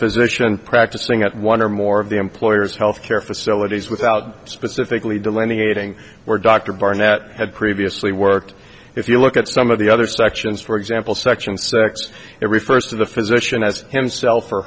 physician practicing at one or more of the employer's health care facilities without specifically delineating where dr barnett had previously worked if you look at some of the other sections for example section six it refers to the physician as himself or